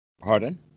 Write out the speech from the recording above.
Pardon